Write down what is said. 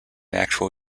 actual